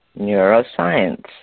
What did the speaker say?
neuroscience